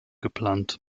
geplant